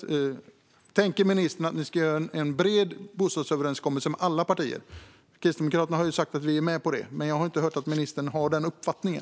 Jag vill ändå fråga ministern en gång till: Tänker ministern sig att man ska sluta en bred bostadsöverenskommelse, med alla partier? Vi i Kristdemokraterna har sagt att vi är med på det, men jag har inte hört att ministern har den uppfattningen.